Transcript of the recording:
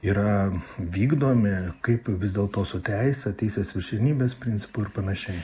yra vykdomi kaip vis dėlto su teise teisės viršenybės principu ir panašiai